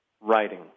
writing